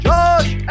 Josh